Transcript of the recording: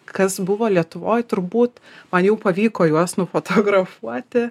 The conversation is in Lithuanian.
kas buvo lietuvoj turbūt man jau pavyko juos nufotografuoti